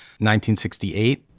1968